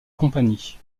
compagnie